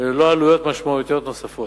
וללא עלויות משמעותיות נוספות.